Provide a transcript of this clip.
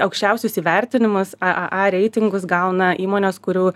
aukščiausius įvertinimus aaa reitingus gauna įmonės kurių